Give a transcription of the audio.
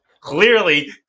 Clearly